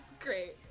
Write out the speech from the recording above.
great